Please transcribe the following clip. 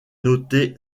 noté